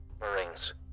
marines